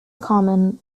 common